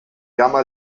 gamma